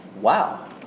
Wow